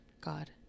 God